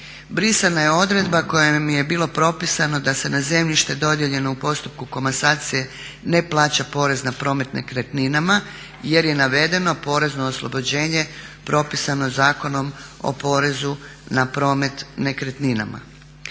Brisana je odredba kojom je bilo propisano da se na zemljište dodijeljeno u postupku komasacije ne plaća porez na promet nekretninama je je navedeno porezno oslobođenje propisano Zakonom o porezu na promet nekretninama.